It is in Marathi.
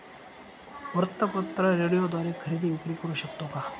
वृत्तपत्र, रेडिओद्वारे खरेदी विक्री करु शकतो का?